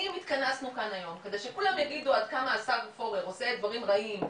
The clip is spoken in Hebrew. אם התכנסנו כאן היום כדי שכולם יגידו כמה השר פורר עושה דברים רעים,